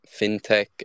fintech